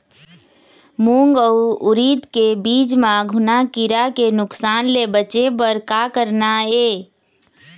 मूंग अउ उरीद के बीज म घुना किरा के नुकसान ले बचे बर का करना ये?